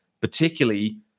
particularly